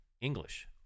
English